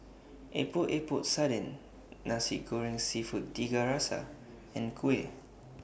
Epok Epok Sardin Nasi Goreng Seafood Tiga Rasa and Kuih